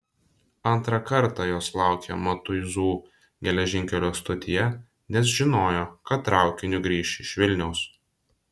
antrą kartą jos laukė matuizų geležinkelio stotyje nes žinojo kad traukiniu grįš iš vilniaus